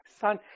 son